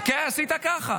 כן, עשית ככה.